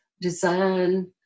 design